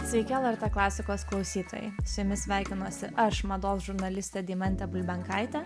sveiki lrt klasikos klausytojai su jumis sveikinuosi aš mados žurnalistė deimantė bulbenkaitė